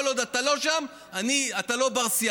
כל עוד אתה לא שם, אתה לא בר-שיח.